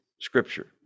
scripture